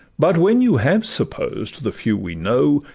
but when you have supposed the few we know,